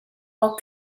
are